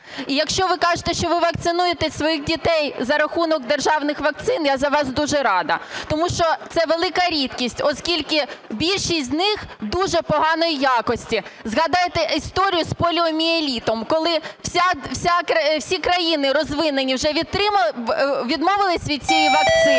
Якщо ви кажете, що ви вакцинуєте своїх дітей за рахунок державних вакцин, я за вас дуже рада, тому що це велика рідкість, оскільки більшість з них буде поганої якості. Згадайте історію з поліомієлітом, коли всі країни розвинені вже відмовились від цієї вакцини,